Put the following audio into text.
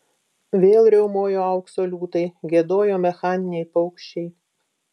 vėl riaumojo aukso liūtai giedojo mechaniniai paukščiai